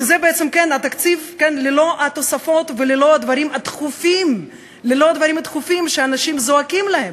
שזה בעצם התקציב ללא התוספות וללא הדברים הדחופים שאנשים זועקים להם,